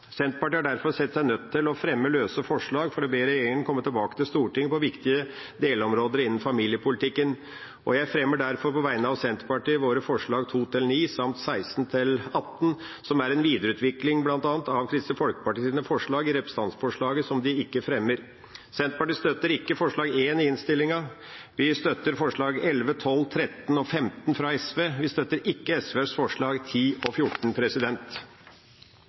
Senterpartiet har derfor sett seg nødt til å fremme løse forslag for å be regjeringa komme tilbake til Stortinget på viktige delområder innen familiepolitikken. Jeg fremmer derfor på vegne av Senterpartiet våre forslag 2–9 samt 16–18, som er en videreutvikling, bl.a., av Kristelig Folkepartis forslag i representantforslaget som de ikke fremmer. Senterpartiet støtter ikke forslag 1 i innstillinga. Vi støtter forslagene 11, 12, 13 og 15 fra SV. Vi støtter ikke SVs forslag 10 og 14.